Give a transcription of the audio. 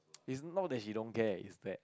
is not that she don't care is that